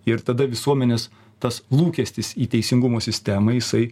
ir tada visuomenės tas lūkestis į teisingumo sistemą jisai